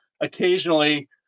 occasionally